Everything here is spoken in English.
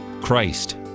Christ